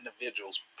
individuals